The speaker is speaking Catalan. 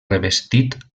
revestit